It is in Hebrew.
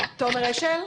תומר אשל.